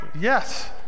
Yes